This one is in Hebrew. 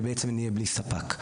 ובעצם נהיה בלי ספק.